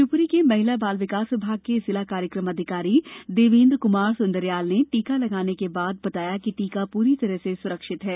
शिवपुरी के महिला बाल विकास विभाग के जिला कार्यक्रम अधिकारी देवेंद्र क्मार सुंदरयाल ने टीका लगाने के बाद बताया कि टीका पूरी तरह से सुरक्षित है